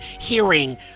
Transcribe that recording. hearing